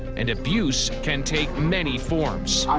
and abuse can take many forms.